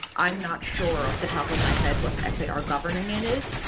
i'm not sure off the top of my head was our governing. it is.